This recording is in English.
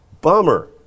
Bummer